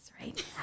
right